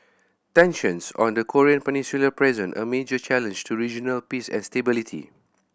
tensions on the Korean Peninsula present a major challenge to regional peace and stability